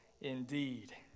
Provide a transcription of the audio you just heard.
indeed